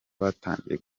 batangiye